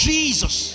Jesus